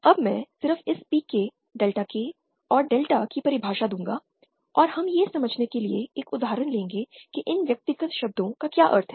अब मैं सिर्फ इस PK डेल्टा K और डेल्टा की परिभाषा दूंगा और हम यह समझने के लिए एक उदाहरण लेंगे कि इन व्यक्तिगत शब्दों का क्या अर्थ है